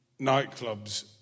nightclubs